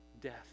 death